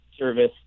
service